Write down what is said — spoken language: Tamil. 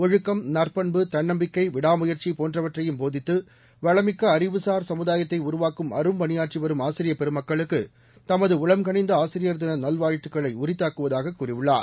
ஒழுக்கம் நற்பண்பு தன்னம்பிக்கை விடாமுயற்சி போன்றவற்றையும் போதித்து வளமிக்க அறிவுசார் சமுதாயத்தை உருவாக்கும் அரும்பணியாற்றி வரும் ஆசிரியப் பெருமக்களுக்கு தமது உளம்கனிந்த ஆசிரியர் தின நல்வாழ்த்துக்களை உரித்தாக்குவதாக கூறியுள்ளார்